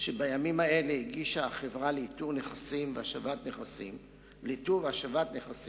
שבימים האלה הגישה החברה לאיתור ולהשבת נכסים של נספי